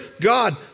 God